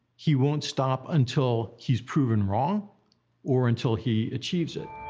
he won't stop until he's proven wrong or until he achieves it.